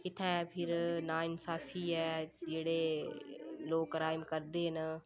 इत्थैं फिर ना इंसाफी ऐ जेह्ड़े लोक क्राइम करदे न